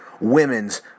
women's